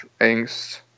angst